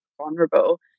vulnerable